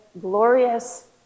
glorious